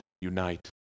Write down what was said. unite